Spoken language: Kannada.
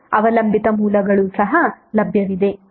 ಮತ್ತು ಅವಲಂಬಿತ ಮೂಲಗಳು ಸಹ ಲಭ್ಯವಿದೆ